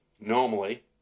normally